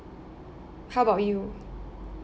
how about you